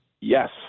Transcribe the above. yes